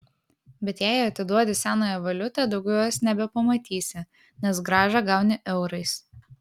bet jei atiduodi senąją valiutą daugiau jos nebepamatysi nes grąžą gauni eurais